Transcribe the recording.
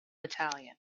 battalion